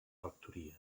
rectoria